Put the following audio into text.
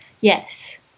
yes